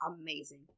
amazing